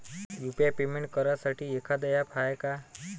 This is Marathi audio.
यू.पी.आय पेमेंट करासाठी एखांद ॲप हाय का?